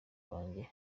banjye